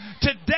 Today